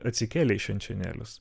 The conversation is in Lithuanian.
atsikėlei į švenčionėlius